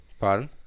Pardon